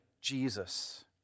Jesus